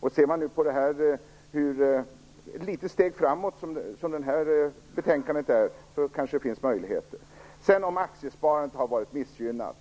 Det här betänkandet är ju ett litet steg framåt, så det finns kanske möjligheter för det. Sedan till frågan om aktiesparandet har varit missgynnat